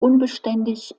unbeständig